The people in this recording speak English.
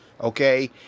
Okay